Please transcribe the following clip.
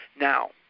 Now